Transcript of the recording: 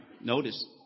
Notice